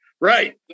Right